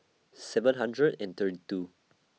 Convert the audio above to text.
seven hundred and thirty two